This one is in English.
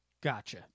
Gotcha